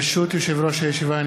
ברשות יושב-ראש הישיבה,